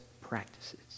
practices